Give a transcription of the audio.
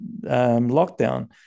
lockdown